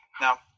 Now